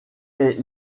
est